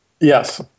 Yes